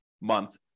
month